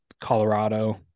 Colorado